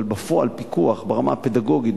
אבל בפועל פיקוח ברמה הפדגוגית,